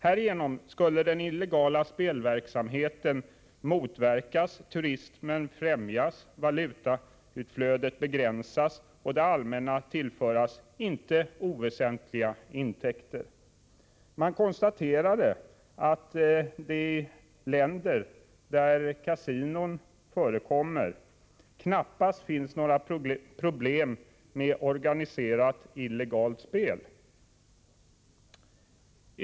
Härigenom skulle den illegala spelverksamheten motverkas, turismen främjas, valutaflödet begränsas och det allmänna tillföras inte oväsentliga intäkter. Man konstaterade att det i de länder där kasinon förekommer knappast finns några problem med organiserat illegalt spel.